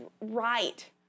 right